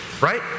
right